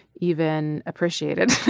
even appreciated